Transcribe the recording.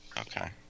Okay